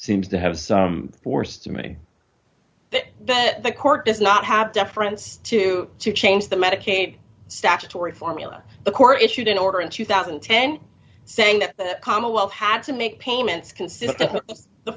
seems to have some force to me that that the court does not have deference to to change the medicaid statutory formula the court issued an order in two thousand and ten saying that the commonwealth had to make payments